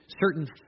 certain